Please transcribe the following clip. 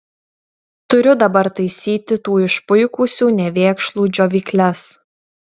turiu dabar taisyti tų išpuikusių nevėkšlų džiovykles